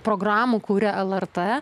programų kuria lrt